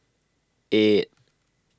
eight